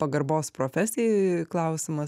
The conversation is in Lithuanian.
pagarbos profesijai klausimas